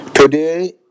Today